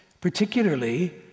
Particularly